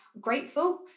grateful